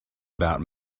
about